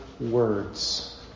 words